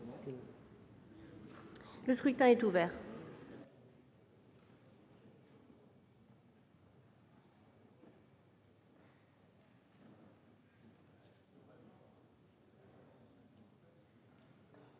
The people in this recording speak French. Le scrutin est ouvert.